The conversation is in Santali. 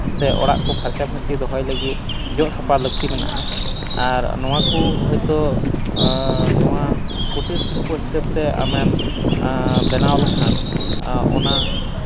ᱥᱮ ᱚᱲᱟᱜ ᱠᱚ ᱯᱷᱟᱨᱪᱟ ᱯᱷᱟᱹᱨᱪᱤ ᱫᱚᱦᱚᱭ ᱞᱟᱹᱜᱤᱫ ᱡᱚᱜ ᱥᱟᱯᱷᱟ ᱞᱟᱹᱠᱛᱤ ᱢᱮᱱᱟᱜᱼᱟ ᱟᱨ ᱱᱚᱣᱟ ᱠᱚ ᱦᱚᱭᱛᱳ ᱱᱚᱣᱟ ᱠᱩᱴᱤᱨ ᱥᱤᱞᱯᱚ ᱦᱤᱥᱟᱹᱵᱛᱮ ᱟᱢᱮᱢ ᱵᱮᱱᱟᱣ ᱞᱮᱠᱷᱟᱱ ᱚᱱᱟ